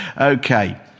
Okay